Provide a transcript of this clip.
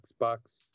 xbox